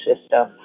system